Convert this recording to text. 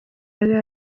ari